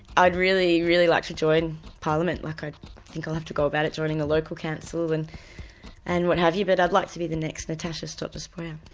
i'd really, really like to join parliament, like i think i'll have to go about it joining the local council and and what have you but i'd like to be the next natasha stott despoja.